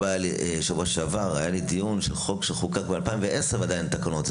שבוע שעבר היה לי דיון של חוק שחוקק ב-2010 ועדיין אין תקנות,